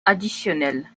additionnelles